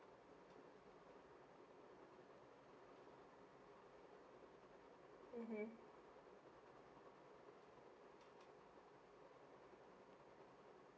mmhmm